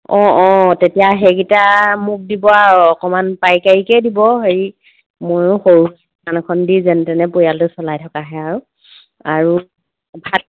অঁ অঁ তেতিয়া সেইকেইটা মোক দিব আৰু অকণমান পাইকাৰীকৈ দিব হেৰি মইও সৰু দোকান এখন দি যেনে তেনে পৰিয়ালটো চলাই থকাহে আৰু আৰু ভাত